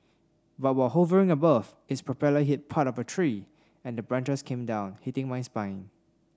but while hovering above its propeller hit part of a tree and branches came down hitting my spine